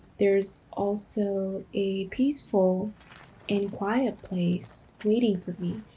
there's also a peaceful and quiet place waiting for me.